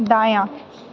दायाँ